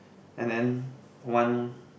and then one